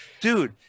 Dude